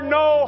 no